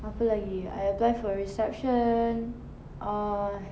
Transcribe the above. apa lagi I apply for reception uh